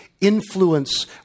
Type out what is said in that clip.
influence